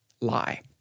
lie